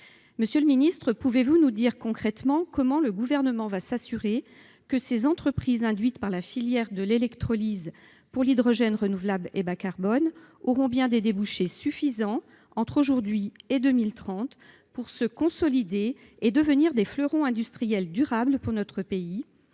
Monsieur le ministre, pouvez-vous nous dire concrètement comment le Gouvernement va s'assurer que ces entreprises, issues de la filière française de l'électrolyse pour l'hydrogène renouvelable et bas-carbone, trouveront des débouchés suffisants d'ici à 2030 qui leur permettront de se consolider, de devenir des fleurons industriels durables pour notre pays